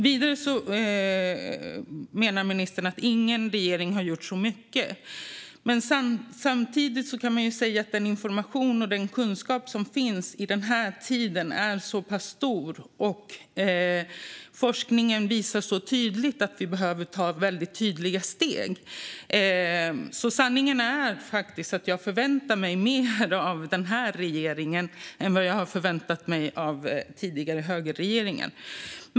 Ministern menar vidare att ingen regering har gjort så mycket. Samtidigt kan man säga att den information och den kunskap som finns i denna tid är stor, och forskningen visar tydligt att vi behöver ta väldigt tydliga steg. Så sanningen är faktiskt att jag förväntar mig mer av den här regeringen än jag har förväntat mig av tidigare högerregeringar.